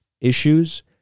issues